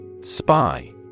Spy